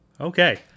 Okay